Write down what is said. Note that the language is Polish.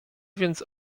więc